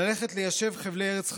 ללכת ליישב חבלי ארץ חדשים,